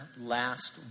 last